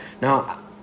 now